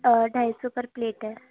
ڈھائی سو پر پلیٹ ہے